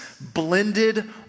blended